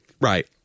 Right